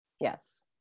Yes